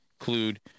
include